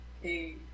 hey